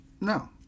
No